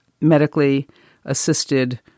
medically-assisted